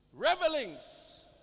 Revelings